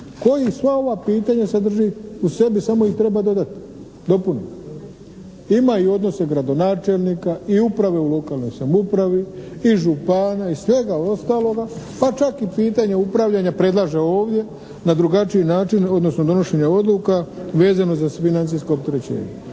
koji sva ova pitanja sadrži u sebi samo ih treba dodati, dopuniti. Ima i odnose gradonačelnika i uprave u lokalnoj samoupravi i župana i svega ostaloga pa čak i pitanje upravljanja predlaže ovdje na drugačiji način odnosno donošenje odluka vezano za financijsko opterećenje.